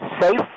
Safe